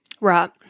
Right